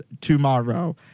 tomorrow